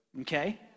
Okay